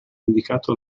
dedicato